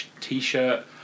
t-shirt